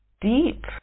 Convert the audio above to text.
deep